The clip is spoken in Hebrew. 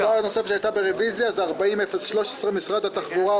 הודעה נוספת שהייתה ברביזיה זה 40013 משרד התחבורה.